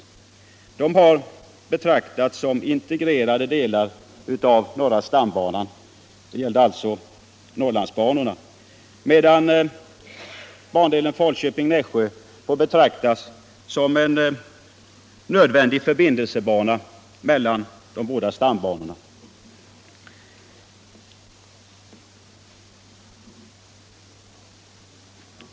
De sistnämnda har betraktats som integrerade delar av norra stambanan, medan bandelen Falköping-Nässjö får betraktas som en nödvändig förbindelsebana mellan de två stambanorna.